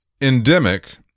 endemic